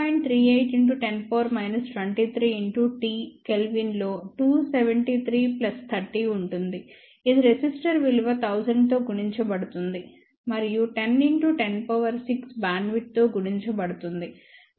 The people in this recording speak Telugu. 38 x 10 23 x T కెల్విన్ లో 273 30 ఉంటుంది ఇది రెసిస్టర్ విలువ 1000 తో గుణించబడుతుంది మరియు 10 x 106 బ్యాండ్విడ్త్ తో గుణించబడుతుంది